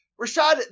Rashad